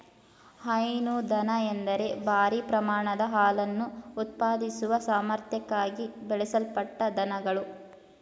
ಹೈನು ದನ ಎಂದರೆ ಭಾರೀ ಪ್ರಮಾಣದ ಹಾಲನ್ನು ಉತ್ಪಾದಿಸುವ ಸಾಮರ್ಥ್ಯಕ್ಕಾಗಿ ಬೆಳೆಸಲ್ಪಟ್ಟ ದನಗಳು